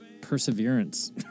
perseverance